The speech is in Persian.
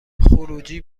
خروجی